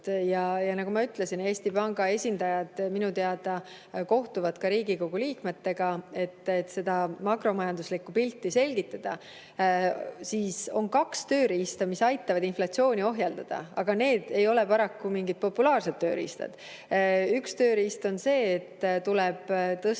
– nagu ma ütlesin, Eesti Panga esindajad minu teada kohtuvad ka Riigikogu liikmetega, et seda makromajanduslikku pilti selgitada –, siis on kaks tööriista, mis aitavad inflatsiooni ohjeldada, aga need ei ole paraku populaarsed tööriistad. Üks tööriist on see, et tuleb tõsta